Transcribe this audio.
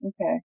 Okay